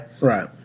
Right